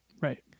Right